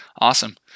Awesome